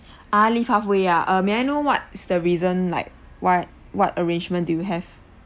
ah leave halfway ah uh may I know what is the reason like why what arrangement do you have